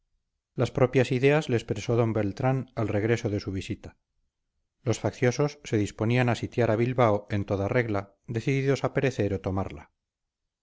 las propias ideas le expresó d beltrán al regreso de su visita los facciosos se disponían a sitiar a bilbao en toda regla decididos a perecer o tomarla